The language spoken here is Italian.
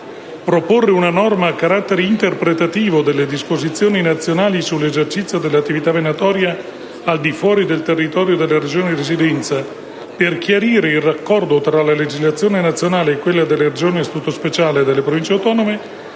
proporre una norma a carattere interpretativo delle disposizioni nazionali sull'esercizio dell'attività venatoria al di fuori del territorio della Regione di residenza per chiarire il raccordo tra la legislazione nazionale e quella delle Regioni a statuto speciale e delle Province autonome;